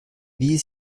wie